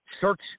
search